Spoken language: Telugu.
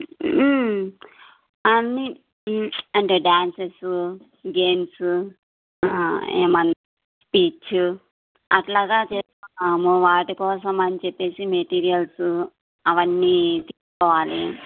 అన్నీ అంటే డ్యాన్సెస్ గేమ్స్ ఏమన్నా స్పీచ్ అట్లాగా చేసుకున్నాము వాటి కోసం అని చెప్పి మెటీరియల్స్ అవన్నీ తీసుకోవాలి